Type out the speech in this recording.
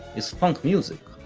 is funk music,